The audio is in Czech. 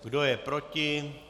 Kdo je proti?